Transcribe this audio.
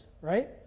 right